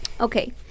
Okay